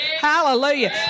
Hallelujah